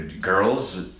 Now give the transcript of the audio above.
Girls